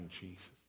Jesus